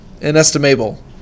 Inestimable